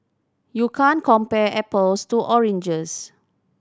you can't compare apples to oranges